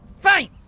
fine!